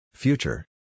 Future